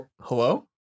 Hello